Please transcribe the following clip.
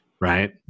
Right